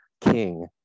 King